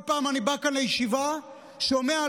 כל פעם אני בא לכאן לישיבה,